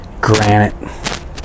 granite